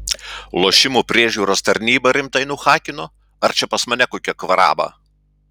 lošimų priežiūros tarnybą rimtai nuhakino ar čia pas mane kokia kvaraba